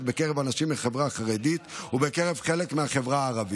בקרב אנשים מן החברה החרדית ובקרב חלק מהחברה הערבית.